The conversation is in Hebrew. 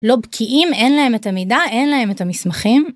לא בקיאים, אין להם את המידע, אין להם את המסמכים